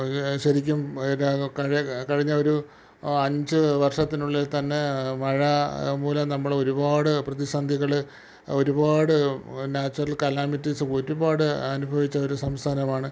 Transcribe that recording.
ഇതിൽ ശരിക്കും കഴിഞ്ഞ ഒരു ആ അഞ്ച് വർഷത്തിനുള്ളിൽത്തന്നെ മഴ മൂലം നമ്മളൊരുപാട് പ്രതിസന്ധികൾ ഒരുപാട് നാച്ചുറൽ കലാമിറ്റീസ് ഒരുപാട് അനുഭവിച്ച ഒരു സംസ്ഥാനമാണ്